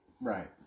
Right